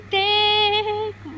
take